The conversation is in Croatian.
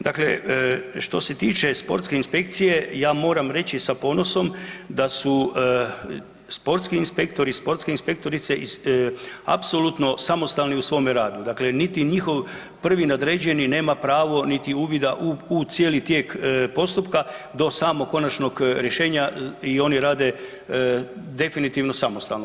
Dakle, što se tiče sportske inspekcije ja moram reći sa ponosom da su sportski inspektori, sportske inspektorice apsolutno samostalni u svome radu, dakle niti njihov prvi nadređeni nema pravo niti uvida u cijeli tijek postupka do samog konačnog rješenja i oni rade definitivno samostalno.